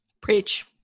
Preach